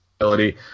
ability